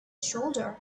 shoulder